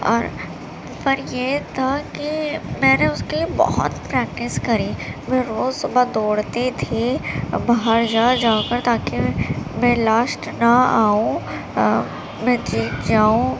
اور پر یہ تھا کہ میں نے اس کے لیے بہت پریکٹس کری میں صبح روز دوڑتی تھی اور باہر جا جا کر تاکہ میں لاسٹ نہ آؤں اور میں جیت جاؤں